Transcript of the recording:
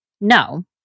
No